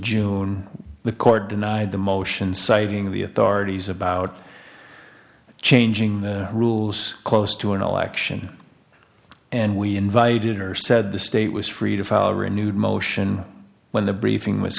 june the court denied the motion citing the authorities about changing the rules close to an election and we invited or said the state was free to file renewed motion when the briefing was